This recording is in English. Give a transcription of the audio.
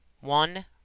One